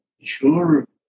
sure